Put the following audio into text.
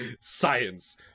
science